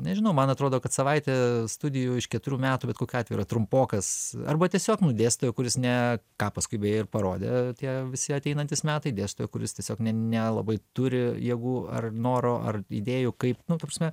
nežinau man atrodo kad savaitė studijų iš keturių metų bet kokiu atveju yra trumpokas arba tiesiog nu dėstytojo kuris ne ką paskubėjo ir parodė tie visi ateinantys metai dėstytojo kuris tiesiog nelabai turi jėgų ar noro ar idėjų kaip nu ta prasme